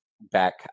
back